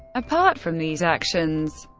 apart from these actions,